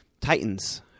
Titans